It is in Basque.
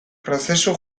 prozesu